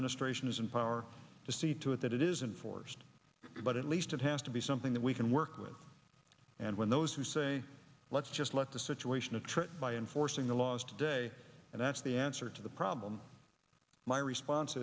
is in power to see to it that it isn't forced but at least it has to be something that we can work with and when those who say let's just let the situation attrit by enforcing the laws today and that's the answer to the problem my response